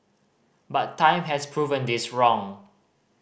but time has proven this wrong